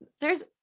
there's-